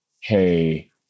Hey